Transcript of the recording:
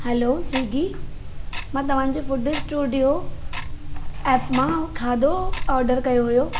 hello Swiggy मां तव्हां जे फुड स्टूडियो ऐप मां खाधो आर्डरु कयो हुओ